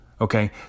Okay